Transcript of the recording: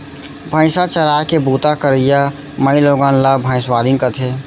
भईंसा चराय के बूता करइया माइलोगन ला भइंसवारिन कथें